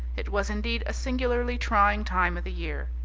it was indeed a singularly trying time of the year.